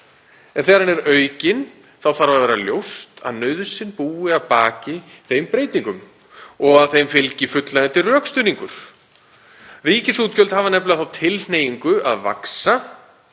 en þegar hann er aukinn þá þarf að vera ljóst að nauðsyn búi að baki þeim breytingum og að þeim fylgi fullnægjandi rökstuðningur. Ríkisútgjöld hafa nefnilega þá tilhneigingu að vaxa